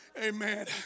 Amen